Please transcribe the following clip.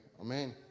Amen